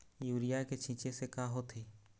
Urea के छींचे से का होथे?